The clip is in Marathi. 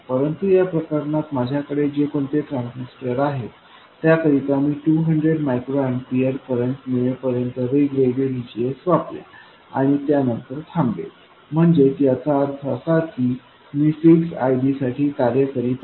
परंतु या प्रकरणात माझ्याकडे जे कोणते ट्रान्झिस्टर आहेत त्या करिता मी 200 मायक्रो अॅम्पीयर करंट मिळेपर्यंत वेगवेगळे VGSवापरेल आणि त्यानंतर थांबेल म्हणजेच याचा अर्थ असा की मी फिक्स्ड ID साठी कार्य करीत आहे